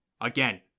Again